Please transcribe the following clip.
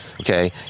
Okay